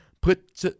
put